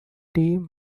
team